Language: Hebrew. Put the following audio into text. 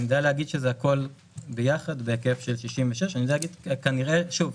אני יודע להגיד שזה הכול ביחד בהיקף של 66. אני רוצה לעזור לך.